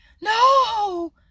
No